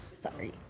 Sorry